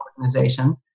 organization